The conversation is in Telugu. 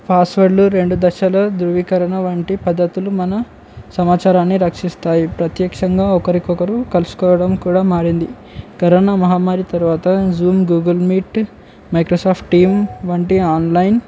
పాస్వర్డ్లు రెండు దశల ధృవీకరణ వంటి పద్ధతులు మన సమాచారాన్ని రక్షిస్తాయి ప్రత్యక్షంగా ఒకరికొకరు కలుసుకోవడం కూడా మారింది కరోనా మహామ్మారి తర్వాత Zoom Google Meet Microsoft team వంటి ఆన్లైన్